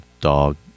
dog